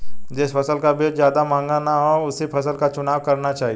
जिस फसल का बीज ज्यादा महंगा ना हो उसी फसल का चुनाव करना चाहिए